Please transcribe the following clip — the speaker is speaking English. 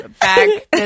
Back